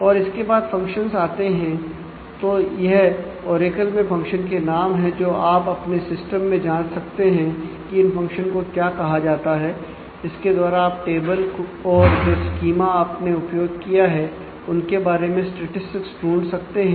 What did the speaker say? और इसके बाद फंक्शंस कर सकते हैं